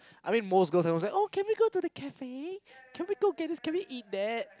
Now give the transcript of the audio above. I mean most girls I would say oh can we go to the cafe can we go get this can we go eat that